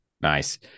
Nice